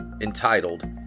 entitled